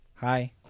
Hi